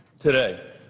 today,